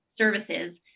services